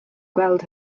gweld